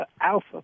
Alpha